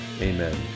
amen